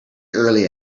early